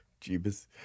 jeebus